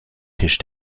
tisch